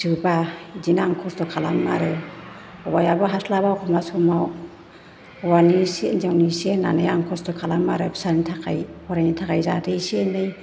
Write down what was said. जोबा बिदिनो आङो खस्थ' खालामो आरो हौवायाबो हास्लाबा ए'खमबा समाव हौवानि एसे हिन्जावनि एसे होनानै आं खस्थ' खालामो आरो फिसानि थाखाय फरायनायनि थाखाय जाहाथे एसे एनै